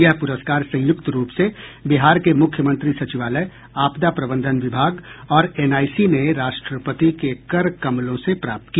यह पुरस्कार संयुक्त रूप से बिहार के मुख्यमंत्री सचिवालय आपदा प्रबंधन विभाग और एनआईसी ने राष्ट्रपति के कर कमलों से प्राप्त किया